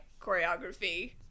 choreography